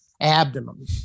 abdomen